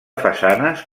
façanes